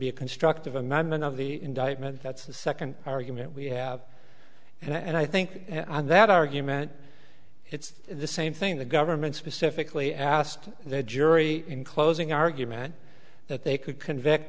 be a constructive amendment of the indictment that's the second argument we have and i think that argument it's the same thing the government specifically asked the jury in closing argument that they could convict